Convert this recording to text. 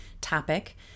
topic